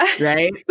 Right